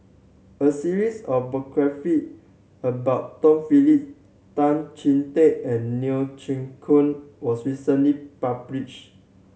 a series of biography about Tom Phillips Tan Chee Teck and Neo Chwee Kok was recently publish